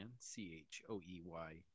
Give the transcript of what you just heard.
C-H-O-E-Y